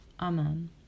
amen